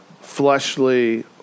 fleshly